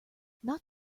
not